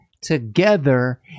together